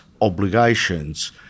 obligations